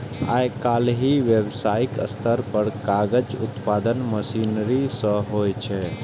आइकाल्हि व्यावसायिक स्तर पर कागजक उत्पादन मशीनरी सं होइ छै